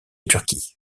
turquie